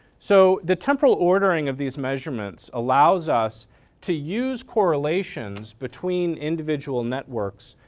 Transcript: so the temporal ordering of these measurements allows us to use correlations between individual networks